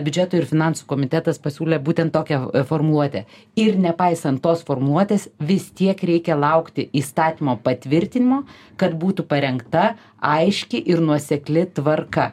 biudžeto ir finansų komitetas pasiūlė būtent tokią formuluotę ir nepaisant tos formuotės vis tiek reikia laukti įstatymo patvirtinimo kad būtų parengta aiški ir nuosekli tvarka